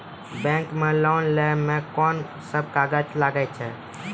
Bank मे loan लै मे कोन सब कागज लागै छै?